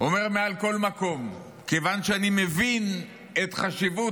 אומר בכל מקום: כיוון שאני מבין את חשיבות